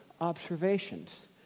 observations